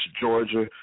Georgia